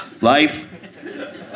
life